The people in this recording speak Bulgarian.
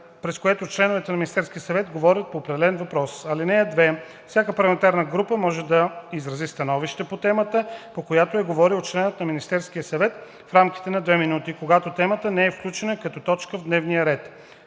през което членовете на Министерския съвет говорят по определен въпрос. (2) Всяка парламентарна група може да изрази становище по темата, по която е говорил членът на Министерския съвет, в рамките на две минути, когато темата не е включена като точка в дневния ред.